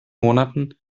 monaten